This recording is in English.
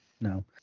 no